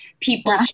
people